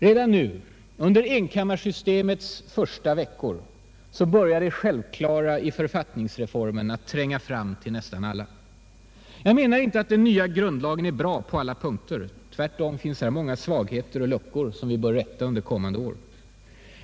Redan nu, under enkammarsystemets första veckor, börjar det självklara i författningsreformen att tränga fram till nästan alla. Jag menar inte att den nya grundlagen är bra på alla punkter. Tvärtom finns här många svagheter och luckor som vi bör rätta under kommande år.